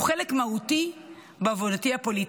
הוא חלק מהותי בעבודתי הפוליטית.